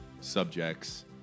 subjects